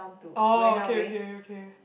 oh okay okay okay